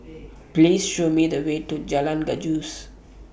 Please Show Me The Way to Jalan Gajus